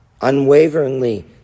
unwaveringly